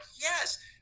yes